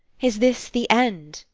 is this the end?